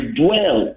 dwell